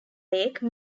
lake